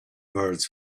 birds